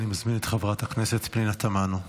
אני מזמין את חברת הכנסת פנינה תמנו,